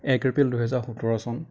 এক এপ্ৰিল দুহেজাৰ সোতৰ চন